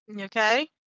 okay